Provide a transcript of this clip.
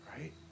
right